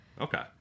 okay